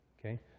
okay